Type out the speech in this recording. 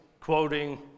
quoting